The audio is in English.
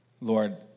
Lord